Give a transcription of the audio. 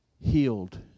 healed